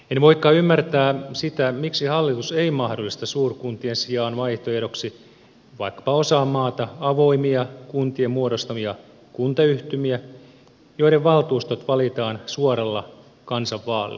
en voikaan ymmärtää sitä miksi hallitus ei mahdollista suurkuntien sijaan vaihtoehdoksi vaikkapa osaan maata avoimia kuntien muodostamia kuntayhtymiä joiden valtuustot valitaan suoralla kansanvaalilla